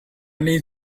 need